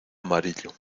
amarillo